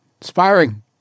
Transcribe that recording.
Inspiring